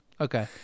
Okay